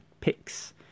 picks